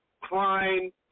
crime